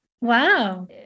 Wow